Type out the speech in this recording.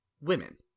women